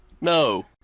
No